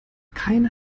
keiner